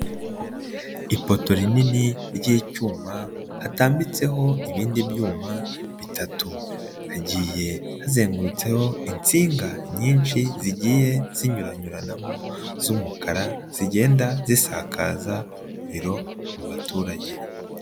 Ipoto rinini ry'icyuma hatambitseho ibindi byuma bitatu, hagiye hazengurutseho insinga nyinshi zigiye zinyuranyuranamo z'umukara, zigenda zisakaza umuriro mu baturage.